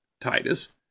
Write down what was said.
Titus